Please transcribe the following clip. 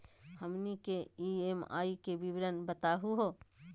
हमनी के ई.एम.आई के विवरण बताही हो?